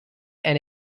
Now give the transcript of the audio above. and